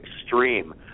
extreme